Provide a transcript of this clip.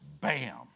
Bam